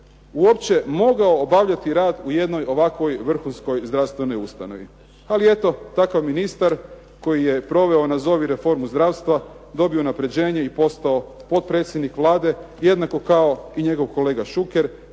uopće obavio rad u ovakvoj jednoj vrhunskoj zdravstvenoj ustanovi. Ali eto, takav ministar koji je proveo nazovi reformu zdravstva dobio unapređenje i postao potpredsjednik Vlade, jednako kao i njegov kolega Šuker,